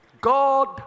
God